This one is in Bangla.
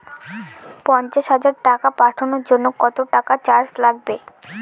পণ্চাশ হাজার টাকা পাঠানোর জন্য কত টাকা চার্জ লাগবে?